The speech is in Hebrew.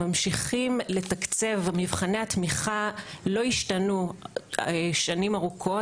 ממשיכים לתקצב מבחני התמיכה לא השתנו שנים ארוכות.